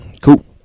cool